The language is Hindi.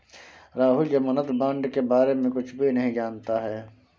राहुल ज़मानत बॉण्ड के बारे में कुछ भी नहीं जानता है